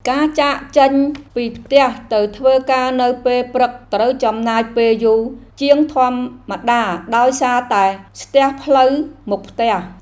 ការចាកចេញពីផ្ទះទៅធ្វើការនៅពេលព្រឹកត្រូវចំណាយពេលយូរជាងធម្មតាដោយសារតែស្ទះផ្លូវមុខផ្ទះ។